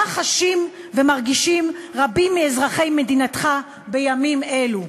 מה חשים ומרגישים רבים מאזרחי מדינתך בימים אלו.